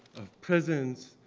of prisons,